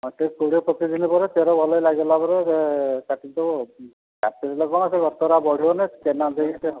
ହଁ ସେ କୋଡ଼ିଏ ପଚିଶ ଦିନ ପରେ ଚେର ଭଲକି ଲାଗିଗଲା ପରେ ସେ କାଟି ଦେବ କାଟି ଦେଲେ କ'ଣ ସେ ଗଛଗୁଡା ବଢ଼ିବନା କେନା ଦେଇ ସେ ହେବ